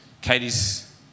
Katie's